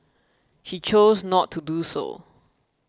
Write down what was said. she chose not to do so